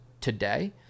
today